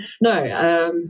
No